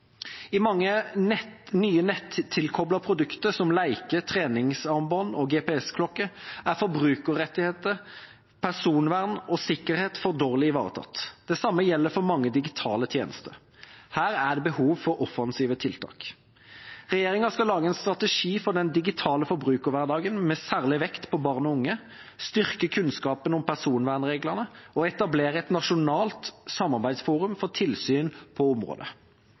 I mange nye nettilkoblede produkter, som leker, treningsarmbånd og GPS-klokke, er forbrukerrettigheter, personvern og sikkerhet for dårlig ivaretatt. Det samme gjelder for mange digitale tjenester. Her er det behov for offensive tiltak. Regjeringa skal lage en strategi for den digitale forbrukerhverdagen med særlig vekt på barn og unge, styrke kunnskapen om personvernreglene og etablere et nasjonalt samarbeidsforum for tilsyn på området.